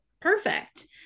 perfect